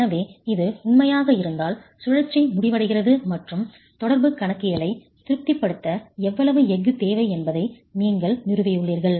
எனவே இது உண்மையாக இருந்தால் சுழற்சி முடிவடைகிறது மற்றும் தொடர்பு கணக்கியலை திருப்திப்படுத்த எவ்வளவு எஃகு தேவை என்பதை நீங்கள் நிறுவியுள்ளீர்கள்